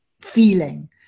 feeling